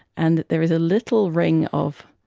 and there is a little ring of,